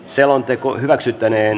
selonteko hyväksyttäneen